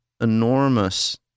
enormous